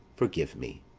forgive me,